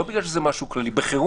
לא כהדלפה ממה שהיה בישיבה,